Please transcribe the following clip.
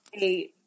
a-